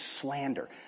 slander